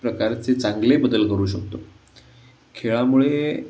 प्रकारचे चांगले बदल करू शकतो खेळामुळे